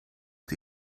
het